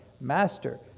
Master